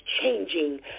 changing